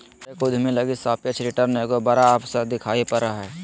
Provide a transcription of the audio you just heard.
हरेक उद्यमी लगी सापेक्ष रिटर्न एगो बड़ा अवसर दिखाई पड़ा हइ